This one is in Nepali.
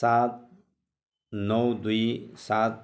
सात नौ दुई सात